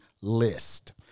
list